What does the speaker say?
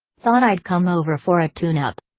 thought i'd come over for a tune-up.